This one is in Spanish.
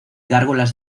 gárgolas